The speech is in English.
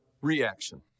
reaction